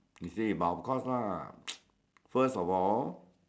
you see but of course lah first of all